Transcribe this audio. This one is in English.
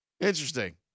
interesting